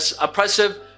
oppressive